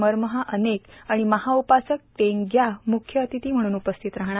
मरमहा अनेक आणि महाउपासक टेंग ग्याह म्ख्य अतिथी म्हणून उपस्थित राहणार